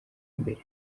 imbere